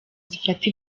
zifata